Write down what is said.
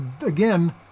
again